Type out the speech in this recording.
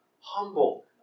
humble